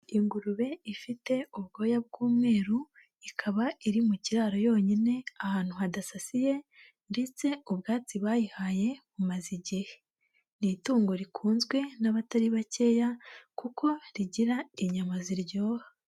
Ingurube ifite ubwoya bw'umweru, ikaba iri mu kiraro yonyine ahantu hadasasiye, ndetse ubwatsi bayihaye bumaze igihe. Ni itungo rikunzwe n'abatari bakeya kuko rigira inyama ziryoha.